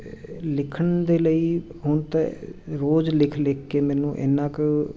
ਲਿਖਣ ਦੇ ਲਈ ਹੁਣ ਤਾਂ ਰੋਜ਼ ਲਿਖ ਲਿਖ ਕੇ ਮੈਨੂੰ ਇੰਨਾ ਕੁ